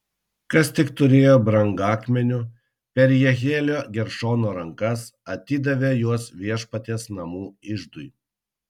kas tik turėjo brangakmenių per jehielio geršono rankas atidavė juos viešpaties namų iždui